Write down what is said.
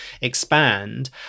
expand